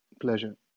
Pleasure